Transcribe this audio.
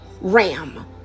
Ram